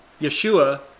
Yeshua